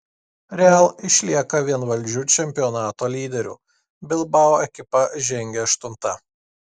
real išlieka vienvaldžiu čempionato lyderiu bilbao ekipa žengia aštunta